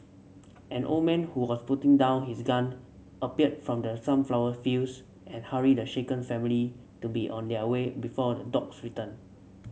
an old man who was putting down his gun appeared from the sunflower fields and hurried the shaken family to be on their way before the dogs return